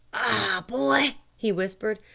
ah, boy! he whispered,